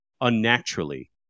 unnaturally